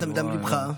דיברת מדם ליבך,